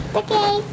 okay